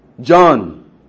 John